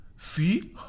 See